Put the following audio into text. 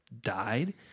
died